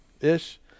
ish